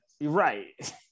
Right